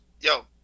yo